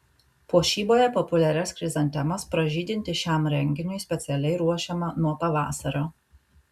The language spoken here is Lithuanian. puošyboje populiarias chrizantemas pražydinti šiam renginiui specialiai ruošiama nuo pavasario